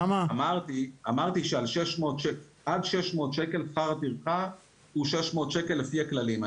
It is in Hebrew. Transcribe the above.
אמרתי שעד 600 שקלים שכר הטרחה הוא 600 שקלים לפי הכללים.